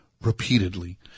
repeatedly